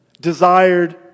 desired